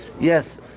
yes